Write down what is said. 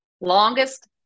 Longest